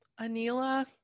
Anila